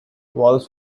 walls